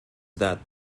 that